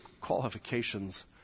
qualifications